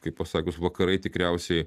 kaip pasakius vakarai tikriausiai